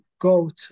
goat